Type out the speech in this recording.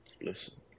Listen